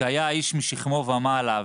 שהיה איש משכמו ומעלה,